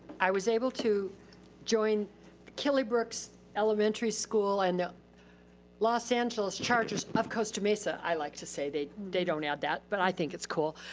i was able to join killybrooke so elementary school and in los angeles charges of costa mesa. i like to say they don't add that. but i think it's cool.